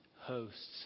hosts